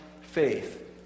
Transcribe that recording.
faith